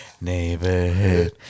Neighborhood